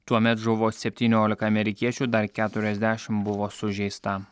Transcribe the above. tuomet žuvo septyniolika amerikiečių dar keturiasdešim buvo sužeista